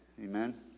Amen